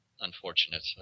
unfortunate